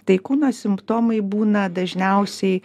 tai kūno simptomai būna dažniausiai